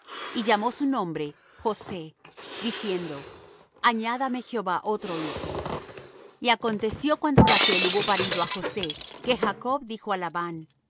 y llamó su nombre josé diciendo añádame jehová otro hijo y aconteció cuando rachl hubo parido á josé que jacob dijo